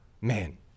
man